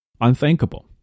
Unthinkable